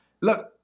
Look